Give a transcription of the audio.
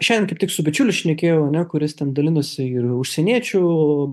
šiandien kaip tik su bičiuliu šnekėjau ane kuris ten dalinosi ir užsieniečių